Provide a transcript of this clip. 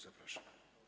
Zapraszam.